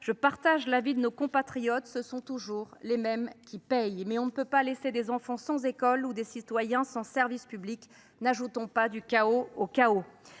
je partage l’avis de nos compatriotes : ce sont toujours les mêmes qui payent ! Mais on ne peut pas laisser des enfants sans école ou des citoyens sans service public. N’ajoutons pas du chaos au chaos